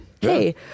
hey